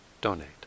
donate